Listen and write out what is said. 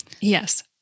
Yes